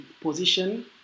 position